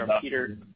Peter